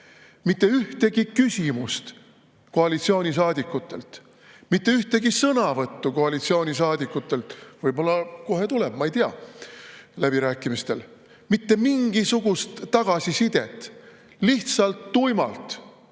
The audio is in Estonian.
Mitte ühtegi küsimust koalitsioonisaadikutelt, mitte ühtegi sõnavõttu koalitsioonisaadikutelt. Võib-olla kohe tuleb läbirääkimistel, ma ei tea. Mitte mingisugust tagasisidet. Lihtsalt tuimalt